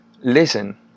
listen